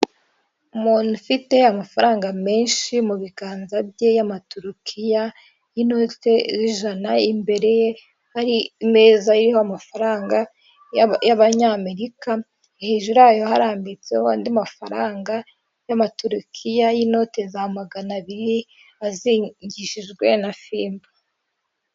Umuntu ufite amafaranga menshi mu biganza bye y'amaturukiya y'inote y'ijana, imbere ye hari imeza iriho amafaranga y'abanyamerika, hejuru yayo harambitseho andi mafaranga y'amaturukiya y'inote za magana abiri azingishijwe na fimbo.